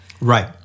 Right